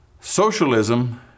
Socialism